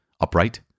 upright